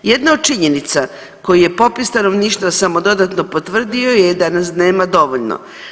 Jedna od činjenica koju je popis stanovništva samo dodatno potvrdio je da nas nema dovoljno.